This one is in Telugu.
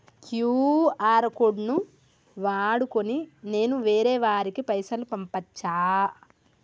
క్యూ.ఆర్ కోడ్ ను వాడుకొని నేను వేరే వారికి పైసలు పంపచ్చా?